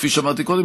כפי שאמרתי קודם,